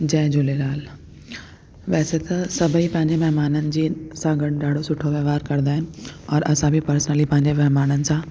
जय झूलेलाल वैसे त सभई पंहिंजे महिमान जी सां गॾु ॾाढो सुठो व्यवहारु कंदा आहिनि और असां बि पर्सनली पंहिंजे महिमाननि सां